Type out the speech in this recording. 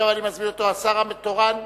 השר התורן,